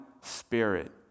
spirit